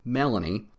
melanie